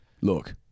look